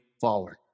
forward